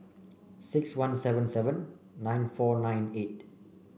six one seven seven nine four nine eight